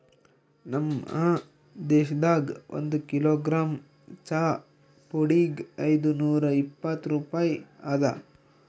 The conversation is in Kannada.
ನಮ್ ದೇಶದಾಗ್ ಒಂದು ಕಿಲೋಗ್ರಾಮ್ ಚಹಾ ಪುಡಿಗ್ ಐದು ನೂರಾ ಇಪ್ಪತ್ತು ರೂಪಾಯಿ ಅದಾ